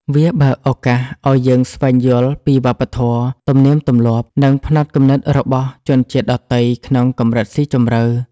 វាបើកឱកាសឱ្យយើងស្វែងយល់ពីវប្បធម៌ ទំនៀមទម្លាប់ និងផ្នត់គំនិតរបស់ជនជាតិដទៃក្នុងកម្រិតស៊ីជម្រៅ។